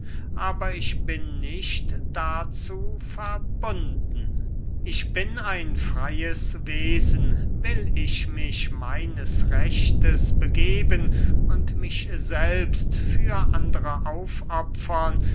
aber ich bin nicht dazu verbunden ich bin ein freyes wesen will ich mich meines rechtes begeben und mich selbst für andere aufopfern